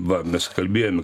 va mes kalbėjome